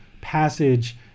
passage